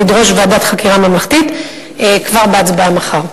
לדרוש ועדת חקירה ממלכתית כבר בהצבעה מחר.